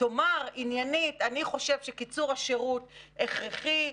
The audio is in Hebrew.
תאמר עניינית: אני חושב שקיצור השירות הכרחי,